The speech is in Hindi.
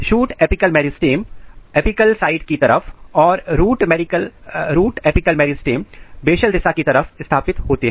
shoot apical meristem apical side की तरफ और रूट एपिकल मेरिस्टम्स बेसल दिशा की तरफ स्थापित होते है